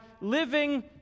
living